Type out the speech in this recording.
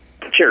Cheers